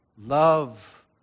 Love